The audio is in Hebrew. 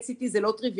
PET CT זה לא טריוויאלי,